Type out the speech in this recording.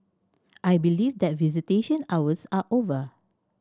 I believe that visitation hours are over